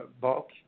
bulk